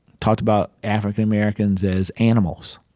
talked about african americans as animals.